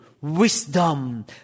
wisdom